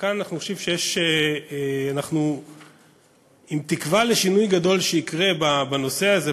וכאן אנחנו עם תקווה לשינוי גדול שיקרה בנושא הזה.